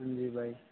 جی بھائی